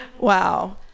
Wow